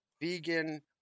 vegan